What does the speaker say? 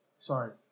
sorry